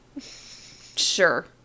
Sure